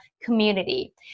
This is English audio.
community